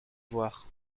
voir